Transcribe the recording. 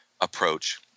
approach